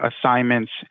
assignments